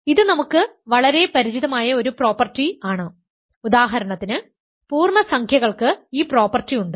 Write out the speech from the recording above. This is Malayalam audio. ഇത് നമുക്ക് വളരെ പരിചിതമായ ഒരു പ്രോപ്പർട്ടി ആണ് ഉദാഹരണത്തിന് പൂർണ്ണസംഖ്യകൾക്ക് ഈ പ്രോപ്പർട്ടി ഉണ്ട്